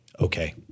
okay